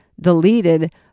deleted